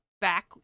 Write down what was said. back